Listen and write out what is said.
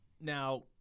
Now